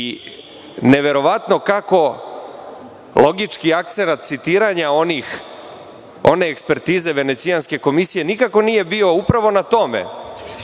Neverovatno kako logički akcenat citiranja one ekspertize Venecijanske komisije nikako nije bio upravo na tome,